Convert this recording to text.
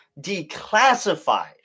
declassified